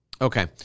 Okay